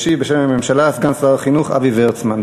ישיב בשם הממשלה סגן שר החינוך אבי וֶרצמן.